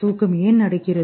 தூக்கம் ஏன் நடக்கிறது